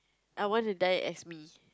I want to die as me